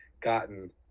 gotten